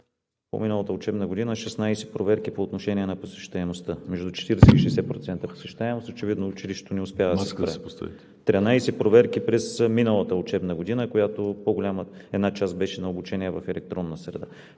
по-миналата учебна година 16 проверки по отношение на посещаемостта – между 40 и 60% посещаемост. Очевидно училището не успя да се справи. Тринадесет проверки през миналата учебна година, като една част беше на обучение в електронна среда.